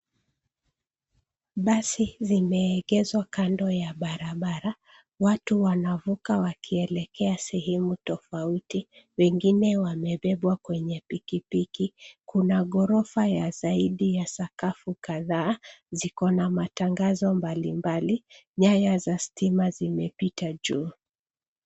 Basi zimeegezwa kando ya barabara. Watu wanavuka wakielekea sehemu tofauti, wengine wamebebwa kwenye pikipiki. Kuna ghorofa ya zaidi ya sakafu kadhaa. Ziko na matangazo mbalimbali, nyaya za stima zimepita juu.